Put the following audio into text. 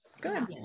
Good